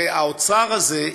והאוצר הזה,